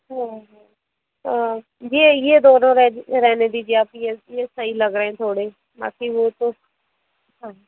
हाँ हाँ ये ये दोनों रहने रहने दीजिए आप ये सही लग रहे हैं थोड़े बाकी वो तो हाँ